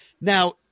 Now